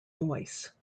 voice